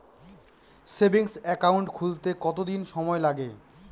Savings account খুলতে কতদিন সময় লাগে?